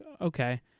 Okay